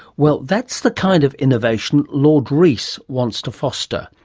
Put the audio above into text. well, that's the kind of innovation lord rees wants to foster,